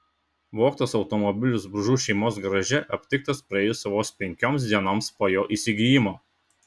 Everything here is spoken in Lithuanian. vogtas automobilis bružų šeimos garaže aptiktas praėjus vos penkioms dienoms po jo įsigijimo